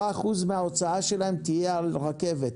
10 אחוזים מההוצאה שלהם תהיה על רכבת.